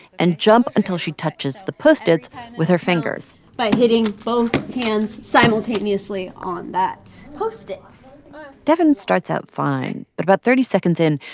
and jump until she touches the post-its with her fingers by hitting both hands simultaneously on that post-it devyn starts out fine, but about thirty seconds in,